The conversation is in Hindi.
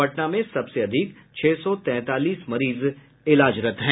पटना में सबसे अधिक छह सौ तैंतालीस मरीज इलाजरत हैं